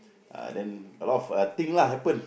uh then a lot of uh thing lah happen